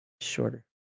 shorter